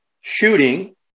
shooting